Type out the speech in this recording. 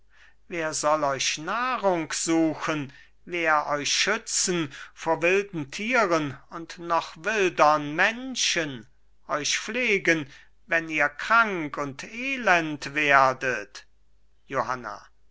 wer soll euch nahrung suchen wer euch schützen vor wilden tieren und noch wildern menschen euch pflegen wenn ihr krank und elend werdet johanna